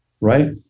right